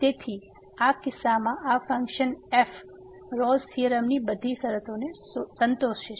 તેથી આ કિસ્સામાં આ ફંક્શન f રોલ્સRolle's થીયોરમની બધી શરતોને સંતોષે છે